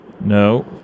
No